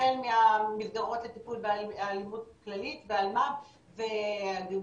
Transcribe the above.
החל מהמסגרת לטיפול באלימות כללית ואלמ"ב וגמילה,